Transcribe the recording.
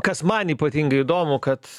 kas man ypatingai įdomu kad